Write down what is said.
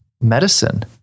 medicine